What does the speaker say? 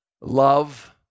Love